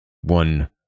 One